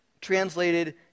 translated